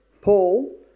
Paul